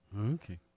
okay